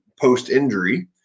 post-injury